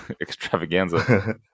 extravaganza